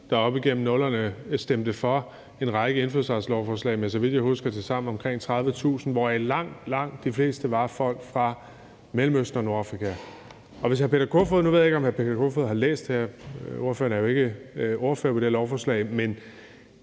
der op igennem 00'erne stemte for en række indfødsretslovforslag med, så vidt jeg husker, tilsammen omkring 30.000 personer på, hvoraf langt, langt de fleste var folk fra Mellemøsten og Nordafrika. Nu ved jeg ikke, om hr. Peter Kofod har læst det her, ordføreren er jo ikke ordfører på det lovforslag, men